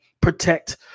protect